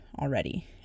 already